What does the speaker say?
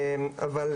אבל,